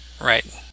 Right